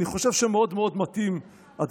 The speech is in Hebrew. אני חושב שהוא מאוד מאוד מתאים לימים האלה,